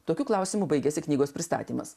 tokių klausimų baigiasi knygos pristatymas